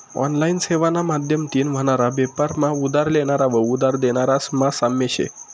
online सेवाना माध्यमतीन व्हनारा बेपार मा उधार लेनारा व उधार देनारास मा साम्य शे